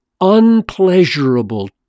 unpleasurable